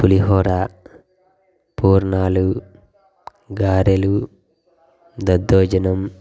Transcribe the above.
పులిహోర పూర్ణాలు గారెలు దద్దోజనం